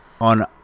on